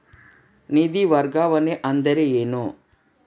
ನಿಧಿ ವರ್ಗಾವಣೆ ಅಂದರೆ ಏನು?